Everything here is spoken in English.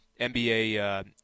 NBA